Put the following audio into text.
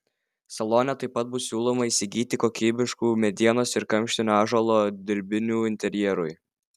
salone taip pat bus siūloma įsigyti kokybiškų medienos ir kamštinio ąžuolo dirbinių interjerui